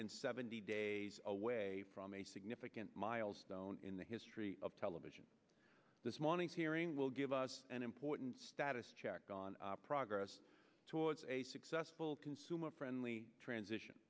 hundred seventy days away from a significant milestone in the history of television this morning's hearing will give us an important status check on our progress towards a successful consumer friendly transition